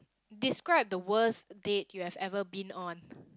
describe the worst date you have ever been on